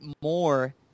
more